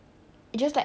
warung